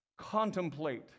contemplate